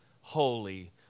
holy